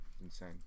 Insane